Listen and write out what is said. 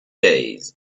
days